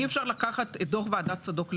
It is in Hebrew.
אי-אפשר לקחת את דוח ועדת צדוק לבד.